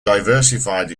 diversified